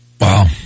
Wow